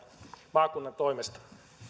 maakunnan toimesta